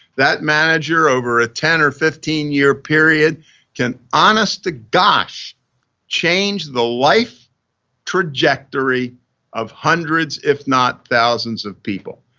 that manager over a ten or fifteen year period can honest to gosh change the life trajectory of hundreds if not thousands of people.